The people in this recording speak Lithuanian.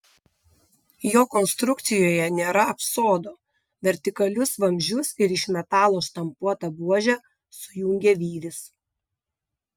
jo konstrukcijoje nėra apsodo vertikalius vamzdžius ir iš metalo štampuotą buožę sujungia vyris